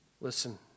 Listen